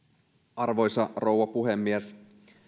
arvoisa rouva puhemies